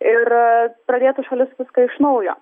ir pradėtų šalis viską iš naujo